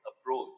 approach